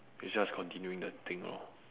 it's just continuing the thing lor